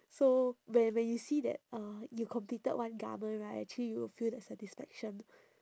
so when when you see that uh you completed one garment right actually you will feel that satisfaction